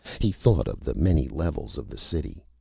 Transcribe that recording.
he thought of the many levels of the city.